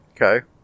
Okay